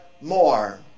more